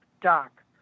doc